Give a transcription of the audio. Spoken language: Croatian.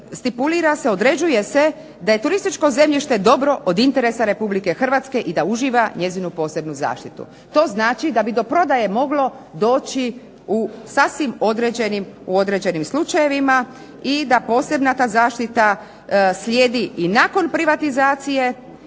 stipulira se, određuje se da je turističko zemljište dobro od interesa Republike Hrvatske i da uživa njezinu posebnu zaštitu. To znači da bi do prodaje moglo doći u sasvim određenim slučajevima i da posebna ta zaštita slijedi i nakon privatizacije